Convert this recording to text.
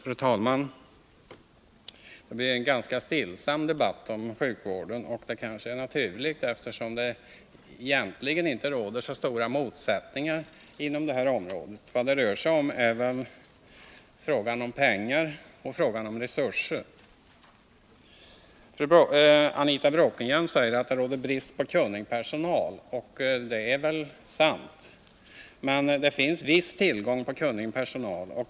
Fru talman! Det blev en ganska stillsam debatt om sjukvården. Detta kanske är naturligt, eftersom det egentligen inte råder några stora meningsmotsättningar inom det här området — vad skillnaderna i uppfattning rör sig om är pengar och resurser. Anita Bråkenhielm säger att det råder brist på kunnig personal. Det är väl sant, men det finns en viss tillgång till kunnig personal.